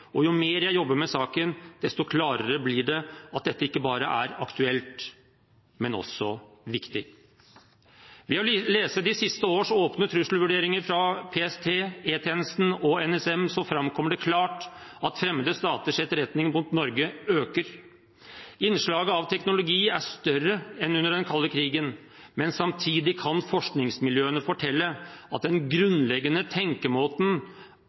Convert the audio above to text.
og jo mer jeg jobber med saken, desto klarere blir det at dette ikke bare er aktuelt, men også viktig. Ved å lese de siste års åpne trusselvurderinger fra PST, E-tjenesten og NSM framkommer det klart at fremmede staters etterretning mot Norge øker. Innslaget av teknologi er større enn under den kalde krigen, men samtidig kan forskningsmiljøene fortelle at den grunnleggende tenkemåten